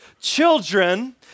children